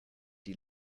die